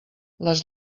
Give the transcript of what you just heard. les